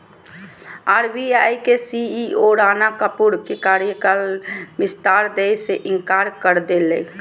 RBI के CEO Rana Kapoor के कार्यकाल विस्तार दय से इंकार कर देलकय